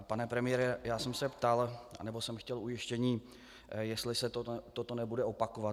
Pane premiére, já jsem se ptal, anebo jsem chtěl ujištění, jestli se toto nebude opakovat.